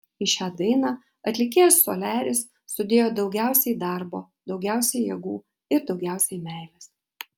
į šią dainą atlikėjas soliaris sudėjo daugiausiai darbo daugiausiai jėgų ir daugiausiai meilės